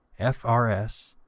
f r s,